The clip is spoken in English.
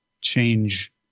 change